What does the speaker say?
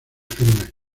filme